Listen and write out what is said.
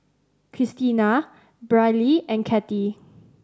Kristina Brylee and Kattie